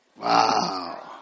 Wow